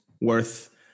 worth